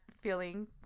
feeling